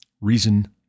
Reason